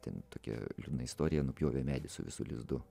ten tokia liūdna istorija nupjovė medį su visu lizdu